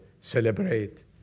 celebrate